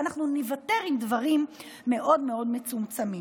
ואנחנו ניוותר עם דברים מאוד מאוד מצומצמים.